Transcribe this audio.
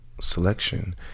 selection